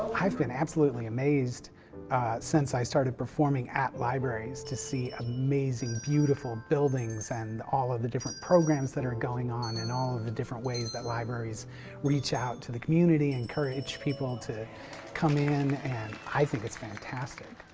i've been absolutely amazed since i started performing at libraries, to see amazing beautiful buildings, and all of the different programs that are going on, and all of the different ways that libraries reach out to the community, encourage people to come in, and i think it's fantastic.